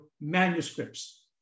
manuscripts